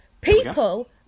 People